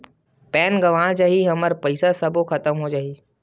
Pan गंवा जाही हमर पईसा सबो खतम हो जाही?